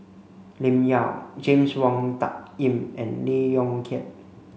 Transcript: Lim Yau James Wong Tuck Yim and Lee Yong Kiat